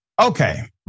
Okay